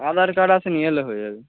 আধার card আছে নিয়ে এলে হয়ে যাবে